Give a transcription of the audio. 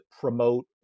promote